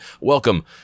welcome